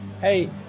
hey